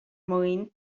mwyn